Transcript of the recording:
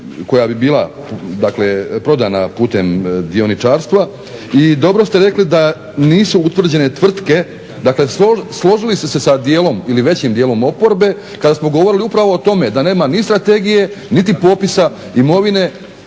koja bi bila prodana putem dioničarstva i dobro ste rekli da nisu utvrđene tvrtke, dakle složili ste se sa dijelom ili većim dijelom oporbe kada smo govorili upravo o tome da nema ni strategije niti popisa imovine,